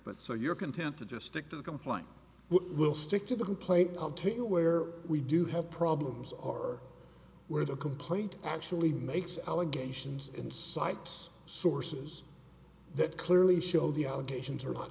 but so you're content to just stick to the complaint will stick to the complaint i'll take you where we do have problems or where the complaint actually makes allegations insights sources that clearly show the allegations are not